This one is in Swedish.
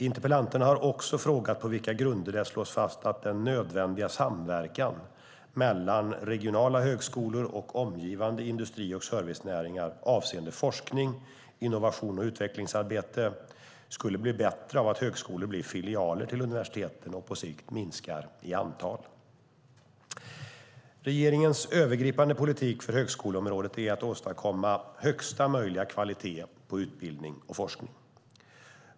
Interpellanterna har också frågat på vilka grunder det slås fast att den nödvändiga samverkan mellan regionala högskolor och omgivande industri och servicenäringar avseende forskning, innovations och utvecklingsarbete skulle bli bättre av att högskolor blir filialer till universiteten och på sikt minskar i antal. Regeringens övergripande politik för högskoleområdet är att åstadkomma högsta möjliga kvalitet på utbildning och forskning.